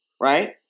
Right